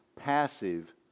passive